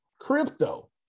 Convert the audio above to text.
crypto